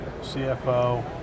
cfo